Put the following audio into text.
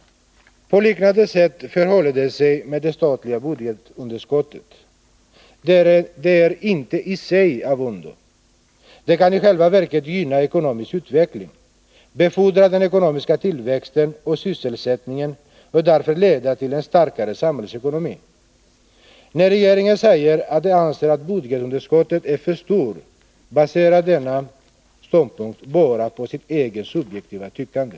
På liknande sätt förhåller det sig med det statliga budgetunderskottet. Det är inte i sig av ondo. Det kan i själva verket gynna ekonomisk utveckling, befordra den ekonomiska tillväxten och sysselsättningen och därför leda till en starkare samhällsekonomi. När regeringen säger att den anser att budgetunderskottet är ”för stort” baserar den denna ståndpunkt bara på sitt eget subjektiva tyckande.